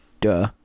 duh